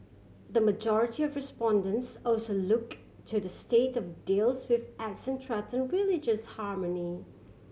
the majority of respondents also look to the state of deals with act threaten religious harmony